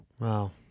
Wow